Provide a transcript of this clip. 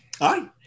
Aye